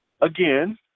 Again